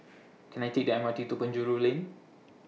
Can I Take The M R T to Penjuru Lane